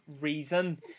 reason